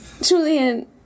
Julian